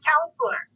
counselor